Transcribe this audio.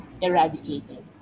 eradicated